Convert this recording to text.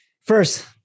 First